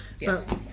Yes